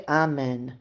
amen